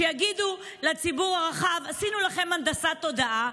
שיגידו לציבור הרחב: עשינו לכם הנדסת תודעה,